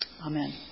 Amen